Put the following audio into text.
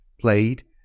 played